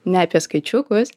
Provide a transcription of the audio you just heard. ne apie skaičiukus